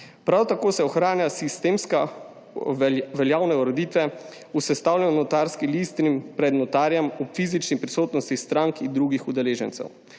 Prav tako se ohranja sistemsko veljavna ureditev o sestavljanju notarskih listin pred notarjem v fizični prisotnosti strank in drugih udeležencev.